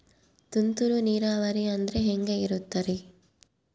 ತುಂತುರು ನೇರಾವರಿ ಅಂದ್ರೆ ಹೆಂಗೆ ಇರುತ್ತರಿ?